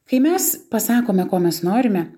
kai mes pasakome ko mes norime